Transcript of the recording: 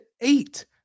eight